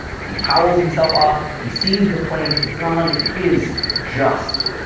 as he towels himself off, he sees the plant is gone and is just.